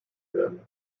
werden